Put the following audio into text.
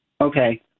Okay